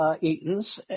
Eaton's